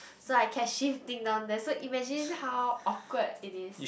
so I kept shifting down there so imagine how awkward it is